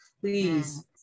Please